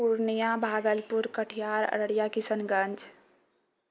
Purnia Bhagalpur Katihar Araria Kishanganj